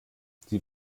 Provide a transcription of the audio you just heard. sie